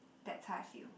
that's how I feel